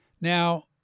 Now